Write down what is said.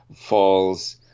falls